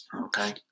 Okay